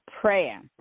prayer